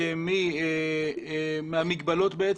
מהמגבלות.